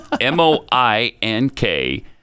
M-O-I-N-K